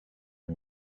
een